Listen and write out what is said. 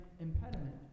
impediment